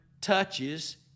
touches